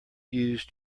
used